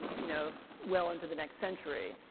you know, well into the next century.